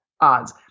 odds